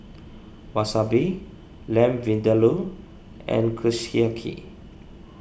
Wasabi Lamb Vindaloo and Kushiyaki